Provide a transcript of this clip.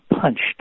punched